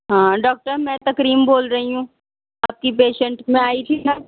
ہاں ڈاکٹر میں تکریم بول رہی ہوں آپ کی پیشینٹ میں آئی تھی نا